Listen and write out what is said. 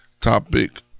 Topic